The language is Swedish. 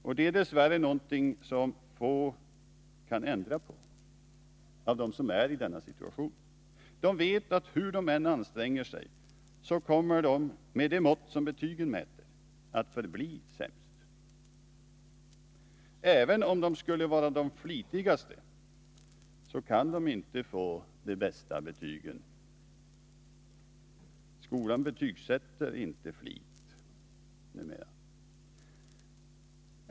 Detta är dess värre någonting som få av dem som är i denna situation kan ändra på. De vet att hur de än anstränger sig kommer de, med de mått som betygen mäter, att förbli sämst. Även om de skulle vara de flitigaste, kan de inte få de bästa betygen. Skolan betygsätter inte flit numera.